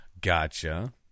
Gotcha